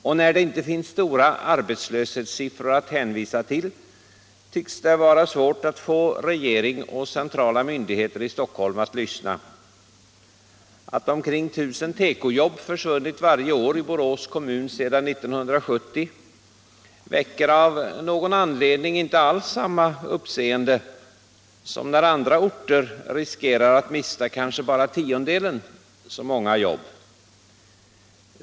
Och när det inte finns stora arbetslöshetssiffror att hänvisa till tycks det vara svårt att få regering och centrala myndigheter i Stockholm att lyssna. Att omkring 1 000 tekojobb försvunnit varje år i Borås kommun sedan 1970 väcker av någon anledning inte alls samma uppseende som när andra orter riskerar att mista kanske bara tiondelen så många jobb.